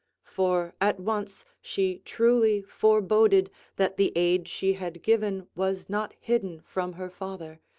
for at once she truly forboded that the aid she had given was not hidden from her father,